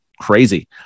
Crazy